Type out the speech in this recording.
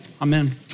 Amen